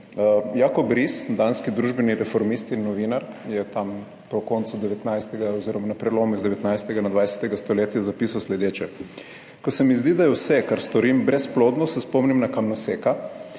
Jakob Bris(?), danski družbeni reformist in novinar, je tam po koncu 19. oziroma na prelomu iz 19. na 20. stoletja zapisal sledeče: "Ko se mi zdi, da je vse, kar storim, brezplodno, se spomnim na kamnoseka,